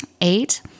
eight